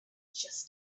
just